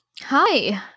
Hi